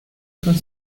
con